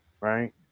right